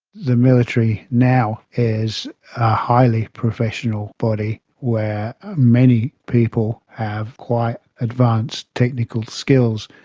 the military now is a highly professional body where many people have quite advanced technical skills.